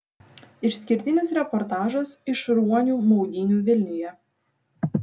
išskirtinis reportažas iš ruonių maudynių vilniuje